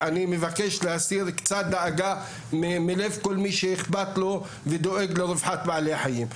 מבקש להסיר קצת דאגה מלב כל מי שאכפת לו ודואג לרווחת בעלי החיים.